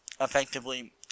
effectively